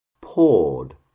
poured